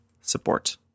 support